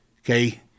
Okay